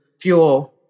fuel